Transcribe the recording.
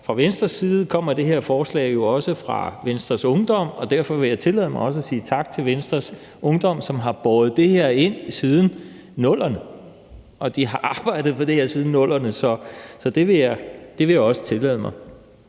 fra Venstres side, at det her forslag jo også kommer fra Venstres Ungdom, og derfor vil jeg tillade mig også at sige tak til Venstres Ungdom, som har båret det her ind siden 00'erne, og de har arbejdet for det her siden 00'erne; så det vil jeg også tillade mig